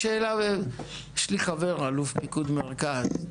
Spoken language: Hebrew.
יש לי חבר, אלוף פיקוד מרכז,